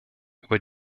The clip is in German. über